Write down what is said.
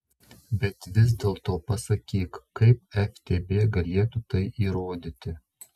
bet vis dėlto pasakyk kaip ftb galėtų tai įrodyti